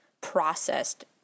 processed